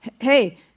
Hey